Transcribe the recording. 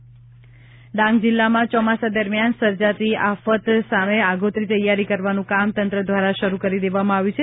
Dang premonsoon plan Dang જિલ્લામાં ચોમાસા દરમ્યાન સર્જાતી આફત સામે આગોતરી તૈયારી કરવાનું કામ તંત્ર દ્વારા શરૂ કરી દેવામાં આવ્યું છે